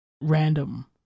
random